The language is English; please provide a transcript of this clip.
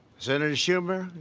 senator schumer,